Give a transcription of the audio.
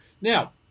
Now